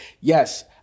yes